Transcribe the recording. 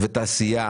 ובתחום התעשייה.